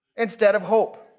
instead of hope.